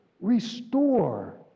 restore